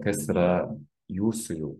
kas yra jūsų jau